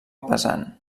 pesant